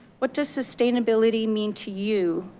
what does sustainability mean to you,